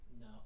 No